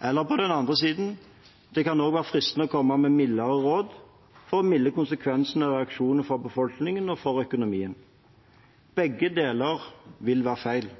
eller på den andre siden: Det kan også være fristende å komme med mildere råd for å mildne konsekvensene og reaksjonene fra befolkningen og næringslivet. Begge deler vil være feil.